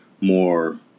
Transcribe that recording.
more